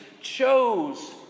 chose